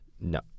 No